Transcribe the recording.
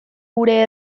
gure